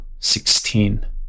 16